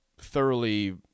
thoroughly